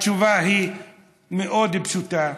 התשובה היא מאוד פשוטה,